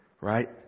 right